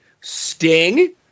Sting